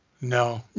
No